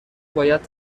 باید